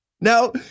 Now